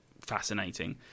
fascinating